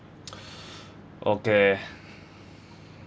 okay